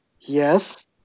Yes